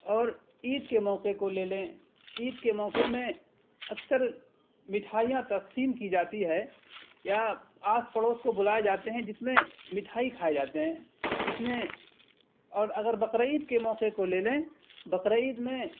اور عید کے موقعے کو لے لیں عید کے موقعے میں اکثر مٹھائیاں تقسیم کی جاتی ہے یا آس پڑوس کو بلائے جاتے ہیں جس میں مٹھائی کھائے جاتے ہیں اس میں اور اگر بقر عید کے موقعے کو لے لیں بقر عید میں